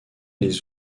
les